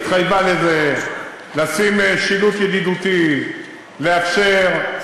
היא התחייבה לזה, לשים שילוט ידידותי, לאפשר.